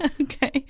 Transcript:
okay